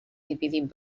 dividint